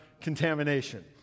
contamination